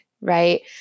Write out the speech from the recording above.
Right